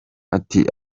ati